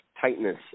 tightness